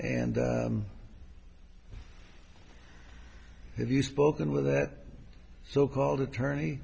and have you spoken with that so called attorney